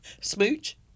Smooch